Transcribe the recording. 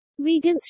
Vegans